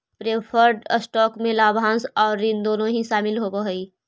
preferred stock में लाभांश आउ ऋण दोनों ही शामिल होवऽ हई